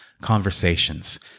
conversations